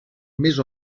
més